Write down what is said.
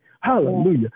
Hallelujah